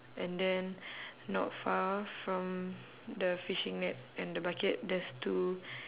and then not far from the fishing net and the bucket there's two